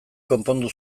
konpondu